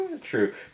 True